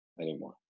anymore